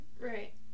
right